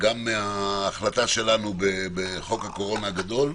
מההחלטה שלנו בחוק הקורונה הגדול,